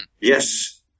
Yes